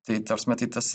tai ta prasme tai tas